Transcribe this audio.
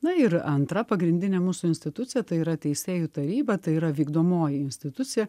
na ir antra pagrindinė mūsų institucija tai yra teisėjų taryba tai yra vykdomoji institucija